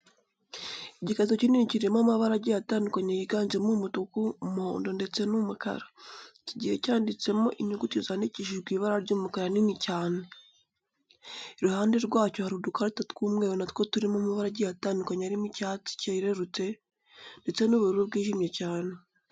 Igikarito kinini kirimo amabara agiye atandukanye yiganjemo umutuku, umuhondo ndetse n'umukara, kigiye cyanditsemo inyuguti zandikishijwe ibara ry'umukara nini cyane. Iruhande rwacyo hari udukarita tw'umweru na two turimo amabara agiye atandukanye arimo icyatsi cyerurutse ndetse n'ubururu bwijimye cyane.